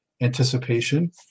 Anticipation